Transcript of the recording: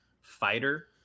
fighter